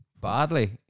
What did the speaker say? badly